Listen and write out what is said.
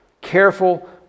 careful